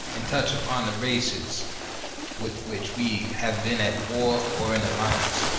and touch upon the races with which we have been at war or in alliance.